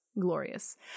glorious